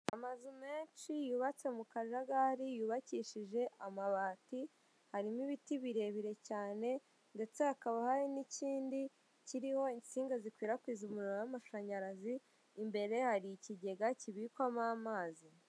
Amazu menshi yubatse mu kajagari yubakishije amabati harimo ibiti birebire cyane ndetse hakaba hari n'ikindi kiriho insinga zikwirakwiza umuriro w'amashanyarazi imbere hari ikigega kibikwamo amazi.